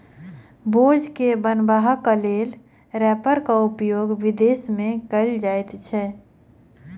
बोझ के बन्हबाक लेल रैपरक उपयोग विदेश मे कयल जाइत छै